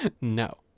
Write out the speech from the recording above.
No